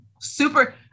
Super